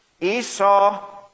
Esau